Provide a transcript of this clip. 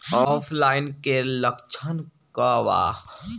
ऑफलाइनके लक्षण क वा?